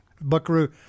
Buckaroo